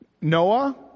Noah